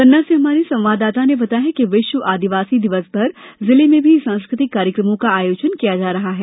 पन्ना से हमारे संवाददाता ने बताया है कि विश्व आदिवासी दिवस पर जिले में भी सांस्कृतिक कार्यक्रमों का आयोजन किया जा रहा है